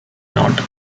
not